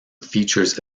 features